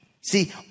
See